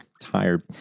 tired